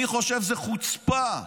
אני חושב שזאת חוצפה.